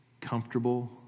comfortable